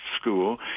school